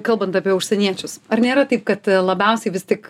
kalbant apie užsieniečius ar nėra taip kad labiausiai vis tik